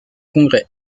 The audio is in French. congrès